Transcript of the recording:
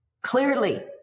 clearly